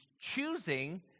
choosing